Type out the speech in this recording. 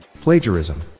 Plagiarism